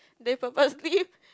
they purposely